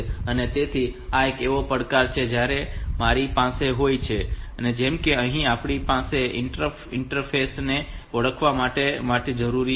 તેથી આ એવા પડકારો છે જે આપણી પાસે હોય છે જેમ કે અહીં આપણી પાસે ઇન્ટરફેસ ને ઓળખવા માટેની જરૂરિયાત છે